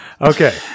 okay